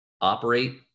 operate